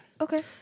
Okay